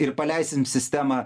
ir paleisim sistemą